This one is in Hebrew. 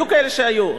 היו כאלה שהיו.